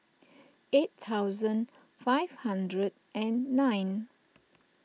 eight thousand five hundred and nine